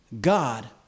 God